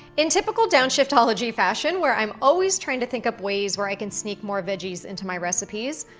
in typical downshiftology fashion, where i'm always trying to think up ways where i can sneak more veggies into my recipes,